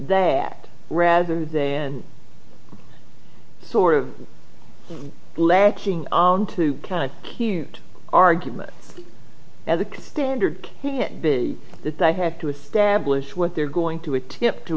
that rather then sort of latching on to kind of cute argument now the standard can't be that i have to establish what they're going to attempt to